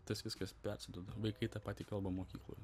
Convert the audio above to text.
tas viskas persiduoda vaikai ta pati kalba mokykloje